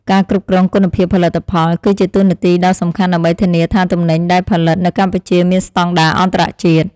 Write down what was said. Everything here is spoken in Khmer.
ការគ្រប់គ្រងគុណភាពផលិតផល គឺជាតួនាទីដ៏សំខាន់ដើម្បីធានាថាទំនិញដែលផលិតនៅកម្ពុជាមានស្តង់ដារអន្តរជាតិ។